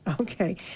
Okay